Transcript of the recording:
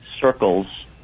circles